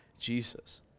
Jesus